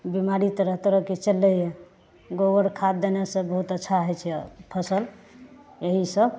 बीमारी तरह तरहके चललैए गोबर खाद देनेसँ बहुत अच्छा हय छै फसल एहिसँ